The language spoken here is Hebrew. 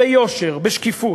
ביושר, בשקיפות,